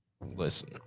Listen